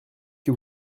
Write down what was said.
que